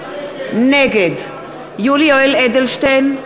נגד יולי יואל אדלשטיין,